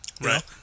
Right